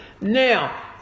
Now